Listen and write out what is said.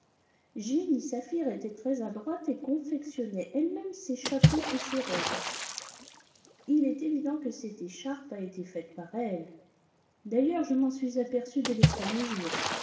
jenny saphir était très adroite et confectionnait elle-même ses chapeaux et ses robes il est évident que cette écharpe a été faite par elle d'ailleurs je m'en suis aperçu dès le premier jour